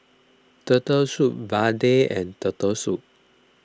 Turtle Soup Vadai and Turtle Soup